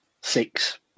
six